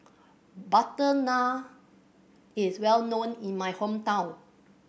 butter naan is well known in my hometown